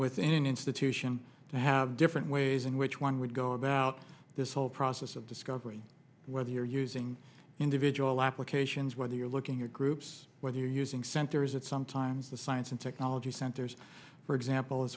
within an institution to have different ways in which one would go about this whole process of discovery whether you're using individual applications whether you're looking your groups whether you're using centers it's sometimes the science and technology centers for example as